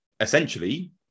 essentially